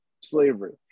slavery